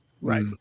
Right